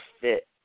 fit